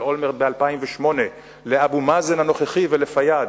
אולמרט ב-2008 לאבו מאזן הנוכחי ולפיאד.